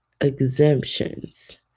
exemptions